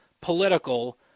political